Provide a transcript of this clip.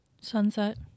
Sunset